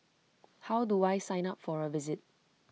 how do I sign up for A visit